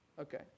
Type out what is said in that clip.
Okay